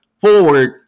forward